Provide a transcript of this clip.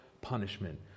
punishment